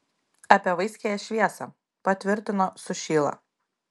apie vaiskiąją šviesą patvirtino sušyla